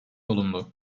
olumlu